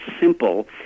simple